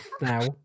now